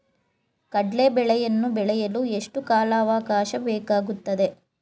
ಕಡ್ಲೆ ಬೇಳೆಯನ್ನು ಬೆಳೆಯಲು ಎಷ್ಟು ಕಾಲಾವಾಕಾಶ ಬೇಕಾಗುತ್ತದೆ?